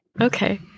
Okay